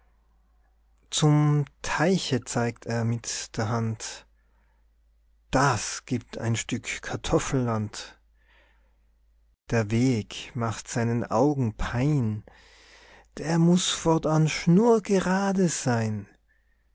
zum teiche zeigt er mit der hand das gibt ein stück kartoffelland der weg macht seinen augen pein der muß fortan schnurgerade sein